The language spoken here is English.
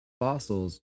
fossils